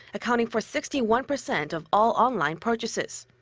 accounting for sixty one percent of all online purchases.